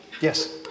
Yes